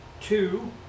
two